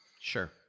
Sure